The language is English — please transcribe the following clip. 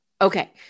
Okay